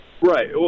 Right